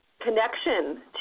connection